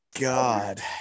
god